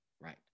right